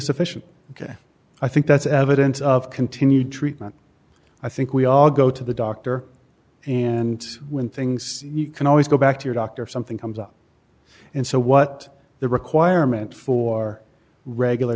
sufficient ok i think that's evidence of continued treatment i think we all go to the doctor and when things you can always go back to your doctor something comes up and so what the requirement for regular